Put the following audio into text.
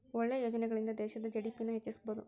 ಒಳ್ಳೆ ಯೋಜನೆಗಳಿಂದ ದೇಶದ ಜಿ.ಡಿ.ಪಿ ನ ಹೆಚ್ಚಿಸ್ಬೋದು